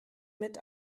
mit